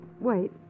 wait